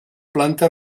planta